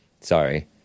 Sorry